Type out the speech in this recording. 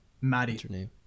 Maddie